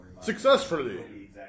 Successfully